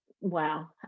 wow